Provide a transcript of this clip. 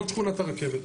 זאת שכונת הרכבת.